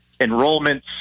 enrollments